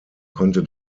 konnte